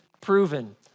proven